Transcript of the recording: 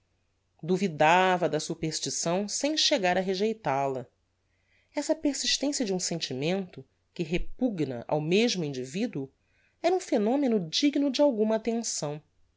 duvidava da superstição sem chegar a rejeital a essa persistencia de um sentimento que repugna ao mesmo individuo era um phenomeno digno de alguma attenção